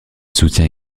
soutient